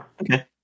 Okay